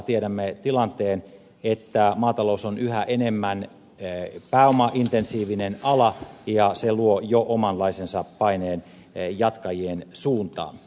tiedämme tilanteen että maatalous on yhä enemmän pääomaintensiivinen ala ja se luo jo omanlaisensa paineen jatkajien suuntaan